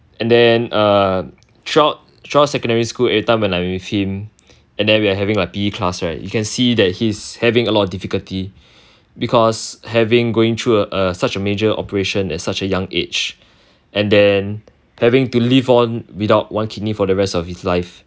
and then uh throughout throughout secondary school every time when I with him and then we are having our P_E class right you can see that he's having a lot of difficulty because having going through a a such a major operation at such a young age and then having to live on without one kidney for the rest of his life